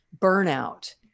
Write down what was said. burnout